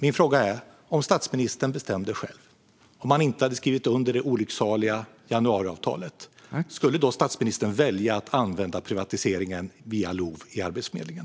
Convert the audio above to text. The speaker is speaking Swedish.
Min fråga är: Bestämde statsministern själv? Om statsministern inte hade skrivit under det olycksaliga januariavtalet, skulle han då välja att använda privatiseringen via LOV när det gäller Arbetsförmedlingen?